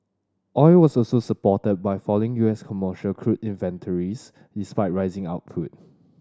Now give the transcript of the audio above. oil was also supported by falling U S commercial crude inventories despite rising output